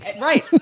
Right